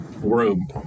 room